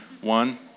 One